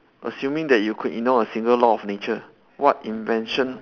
assuming that you could ignore a single law of nature what invention